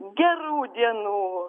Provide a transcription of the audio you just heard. gerų dienų